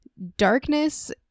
darkness